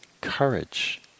courage